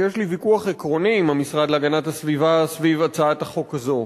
שיש לי ויכוח עקרוני עם המשרד להגנת הסביבה סביב הצעת החוק הזאת,